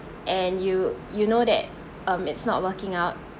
and you you know that um it's not working out